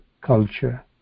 culture